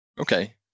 Okay